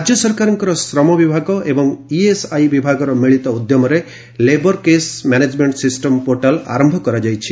ରାଜ୍ୟ ସରକାରଙ୍କ ଶମ ବିଭାଗ ଏବଂ ଇଏସ୍ଆଇ ବିଭାଗର ମିଳିତ ଉଦ୍ୟମରେ labour case management system portal ଆରମ୍ଭ କରାଯାଇଛି